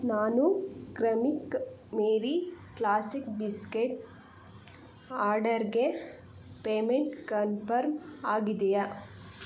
ನಾನು Cremica Marie classic biscuit ಆರ್ಡರ್ಗೆ payment confirm ಆಗಿದೆಯಾ